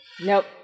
Nope